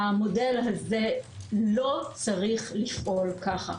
המודל הזה לא צריך לפעול כך.